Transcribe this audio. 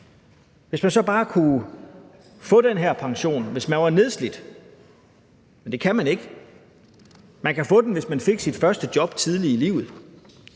Hvis man så bare kunne få den her pension, hvis man var nedslidt – men det kan man ikke. Man kan få den, hvis man fik sit første job tidligt i livet.